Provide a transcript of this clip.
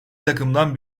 takımdan